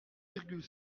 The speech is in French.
virgule